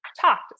talked